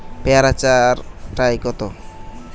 পেয়ারা চার টায় কত?